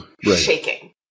shaking